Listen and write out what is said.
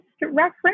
reference